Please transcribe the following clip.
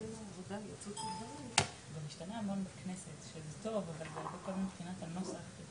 וכאן כיוון שזה באמת רק תשלום עבור פעולות